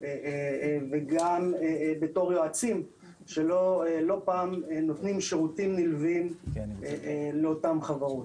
וגם בתור יועצים שלא פעם נותנים שירותים נלווים לאותן חברות.